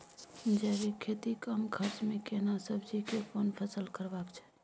जैविक खेती कम खर्च में केना सब्जी के कोन फसल करबाक चाही?